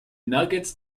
nuggets